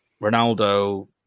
Ronaldo